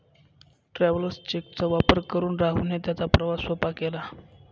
travellers cheque चा वापर करून राहुलने त्याचा प्रवास सोपा केला